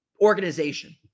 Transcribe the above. organization